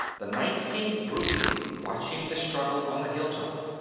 the night seemed brooding, watching the struggle on the hilltop.